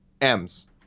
M's